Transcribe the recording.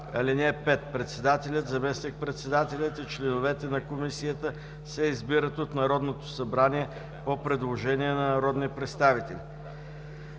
„(5) Председателят, заместник –председателят и членовете на Комисията се избират от Народното събрание по предложения на народни представители.“